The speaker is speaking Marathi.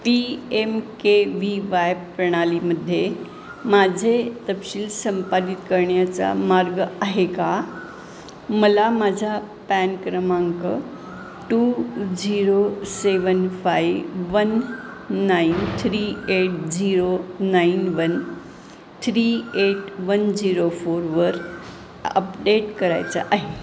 P M K V Y प्रणालीमध्ये माझे तपशील संपादित करण्याचा मार्ग आहे का मला माझा पॅन क्रमांक two zero seven five one nine three eight zero nine one three eight one zero फोरवर अपडेट करायचा आहे